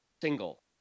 single